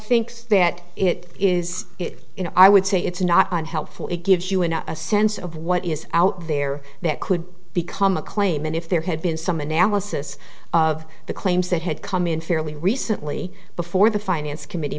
think that it is in i would say it's not on helpful it gives you an a sense of what is out there that could become a claim and if there had been some analysis of the claims that had come in fairly recently before the finance committee